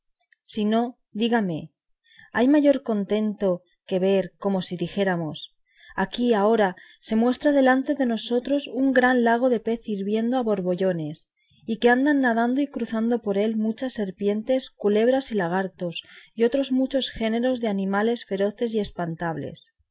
no dígame hay mayor contento que ver como si dijésemos aquí ahora se muestra delante de nosotros un gran lago de pez hirviendo a borbollones y que andan nadando y cruzando por él muchas serpientes culebras y lagartos y otros muchos géneros de animales feroces y espantables